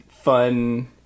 Fun